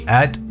add